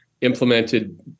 implemented